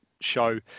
show